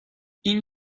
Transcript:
این